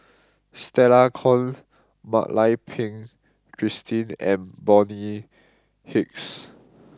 Stella Kon Mak Lai Peng Christine and Bonny Hicks